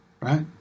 Right